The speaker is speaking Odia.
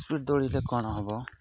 ସ୍ପିଡ଼୍ ଦୌଡ଼ିଲେ କ'ଣ ହବ